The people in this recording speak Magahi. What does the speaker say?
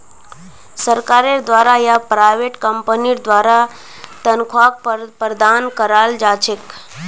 सरकारेर द्वारा या प्राइवेट कम्पनीर द्वारा तन्ख्वाहक प्रदान कराल जा छेक